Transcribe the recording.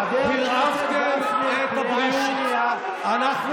חבר הכנסת גפני, קריאה שנייה.